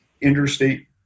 interstate